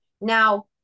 Now